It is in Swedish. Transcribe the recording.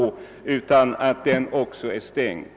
Också den bör vara stängd.